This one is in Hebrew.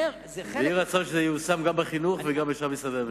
ויהי רצון שזה ייושם גם בחינוך וגם בשאר משרדי הממשלה.